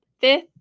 fifth